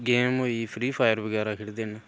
game होई ई free fire बगैरा खेढदे न